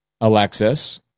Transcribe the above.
Alexis